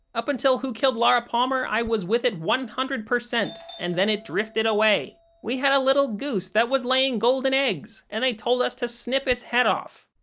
up until who killed laura palmer i was with it one hundred percent, and then it drifted away. we had a little goose that was laying golden eggs, and they told us to snip its head off.